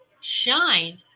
shine